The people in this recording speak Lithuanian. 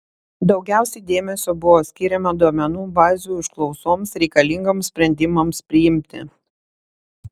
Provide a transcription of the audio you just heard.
daugiausiai dėmesio buvo skiriama duomenų bazių užklausoms reikalingoms sprendimams priimti